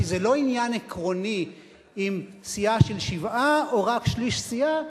כי זה לא עניין עקרוני אם סיעה של שבעה או רק שליש סיעה,